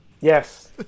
Yes